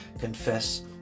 Confess